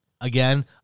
again